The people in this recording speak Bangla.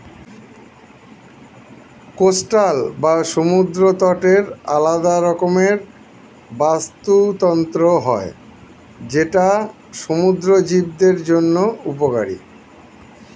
কোস্টাল বা সমুদ্র তটের আলাদা রকমের বাস্তুতন্ত্র হয় যেটা সমুদ্র জীবদের জন্য উপকারী